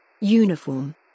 Uniform